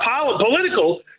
political